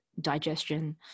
digestion